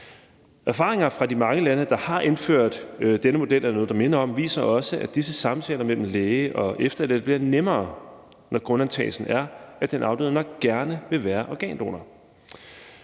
Erfaringer fra de mange lande, der har indført denne model eller noget, der minder om det, viser også, at disse samtaler mellem læger og efterladte bliver nemmere, når grundantagelsen er, at den afdøde nok gerne vil være organdonor.